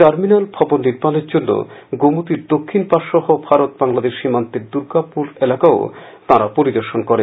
terminal ভবন নির্মাণের জন্য গোমতীর দক্ষিণ পাড় সহ ভারত বান্গান্দেশ সীমান্তের দুর্গাপুর এলাকাও তারা পরিদর্শন করেন